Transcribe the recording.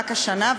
רק השנה,